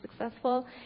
successful